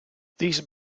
these